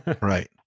Right